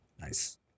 Nice